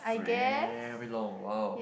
very long !wow!